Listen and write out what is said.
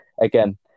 again